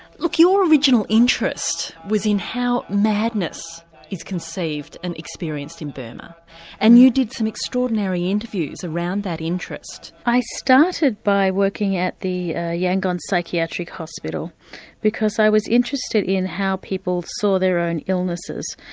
look, your original interest was in how madness is conceived and experienced in burma and you did some extraordinary interviews around that interest. i started by working at the ah yangon psychiatric hospital because i was interested in how people saw their own illnesses.